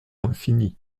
infinie